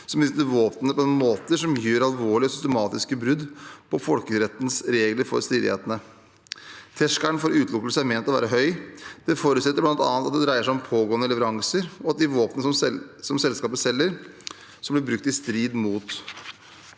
som utnytter våpnene på måter som utgjør alvorlige og systematiske brudd på folkerettens regler for stridighetene. Terskelen for utelukkelse er ment å være høy. Det forutsettes bl.a. at det dreier seg om pågående leveranser, og at de våpnene som selskapet selger, blir brukt i strid med